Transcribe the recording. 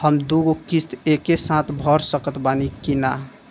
हम दु गो किश्त एके साथ भर सकत बानी की ना?